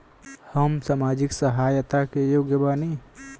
हम सामाजिक सहायता के योग्य बानी?